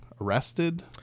arrested